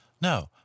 No